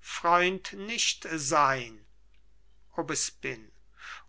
freund nicht sein aubespine